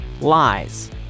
lies